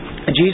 Jesus